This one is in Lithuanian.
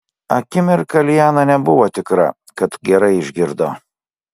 akimirką liana nebuvo tikra kad gerai išgirdo